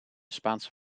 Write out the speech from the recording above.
spaanse